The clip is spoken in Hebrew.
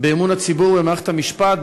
באמון הציבור במערכת המשפט,